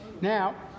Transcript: Now